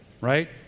right